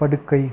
படுக்கை